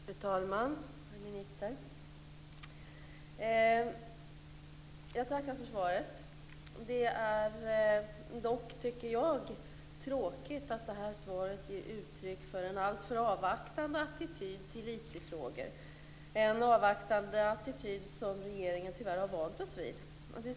Fru talman! Jag tackar för svaret. Det är dock tråkigt att detta svar ger uttryck för en alltför avvaktande attityd till IT-frågor, en avvaktande attityd som regeringen tyvärr har vant oss vid.